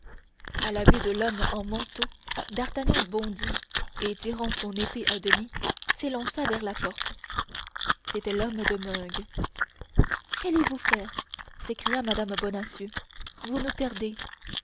à la vue de l'homme en manteau d'artagnan bondit et tirant son épée à demi s'élança vers la porte c'était l'homme de meung qu'allez-vous faire s'écria mme bonacieux vous nous perdez